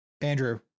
Andrew